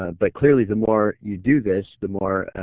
ah but clearly the more you do this, the more